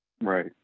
Right